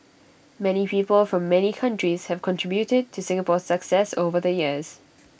many people from many countries have contributed to Singapore's success over the years